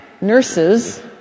nurses